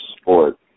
sport